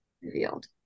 Revealed